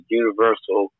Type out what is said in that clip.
universal